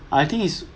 I think is